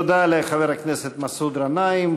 תודה לחבר הכנסת מסעוד גנאים.